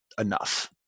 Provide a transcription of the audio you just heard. enough